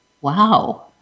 Wow